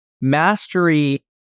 Mastery